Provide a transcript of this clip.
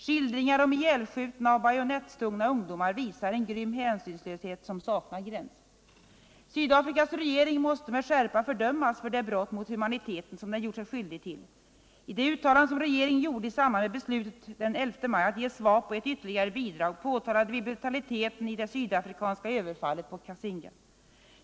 Skildringar om ihjälskjutna och bajonettstungna ungdomar visar en grym hänsynslöshet som saknar gräns. Sydafrikas regering måste med skärpa fördömas för det brott mot humaniteten som den gjort sig skyldig till. I det uttalande som regeringen gjorde i samband med beslutet den 11 maj att ge SWAPO ett ytterligare bidrag påtalade vi brutaliteten i det sydafrikanska överfallet på Cassinga.